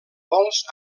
vols